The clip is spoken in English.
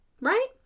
right